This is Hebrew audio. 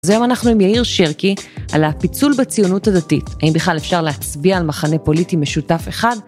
אז היום אנחנו עם יאיר שרקי, על הפיצול בציונות הדתית. האם בכלל אפשר להצביע על מחנה פוליטי משותף אחד?